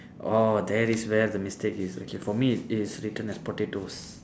orh there is where the mistake is okay for me it is written as potatoes